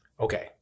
Okay